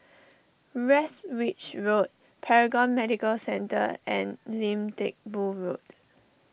Westridge Road Paragon Medical Centre and Lim Teck Boo Road